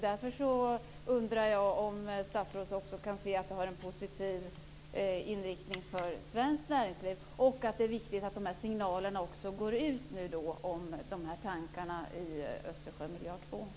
Därför undrar jag om statsrådet också kan se att det har en positiv inriktning för svenskt näringsliv och att det är viktigt att signalerna om dessa tankar när det gäller Östersjömiljard nr 2 går ut.